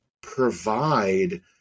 provide